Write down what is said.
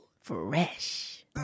Fresh